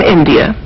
India